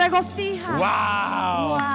Wow